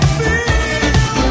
feel